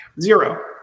Zero